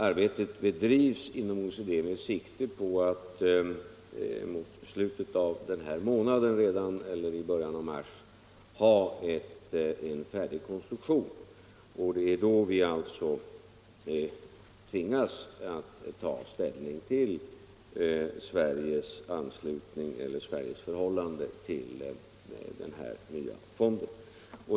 Arbetet bedrivs inom OECD med sikte på att redan i slutet av denna månad eller i början av mars ha en konstruktion färdig och då tvingas vi alltså ta ställning till Sveriges förhållande till fonden.